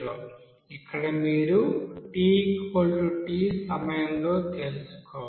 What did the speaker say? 30 ఇక్కడ మీరు tt సమయంలో తెలుసుకోవాలి